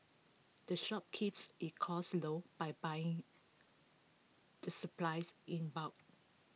the shop keeps its costs low by buying the supplies in bulk